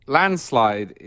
landslide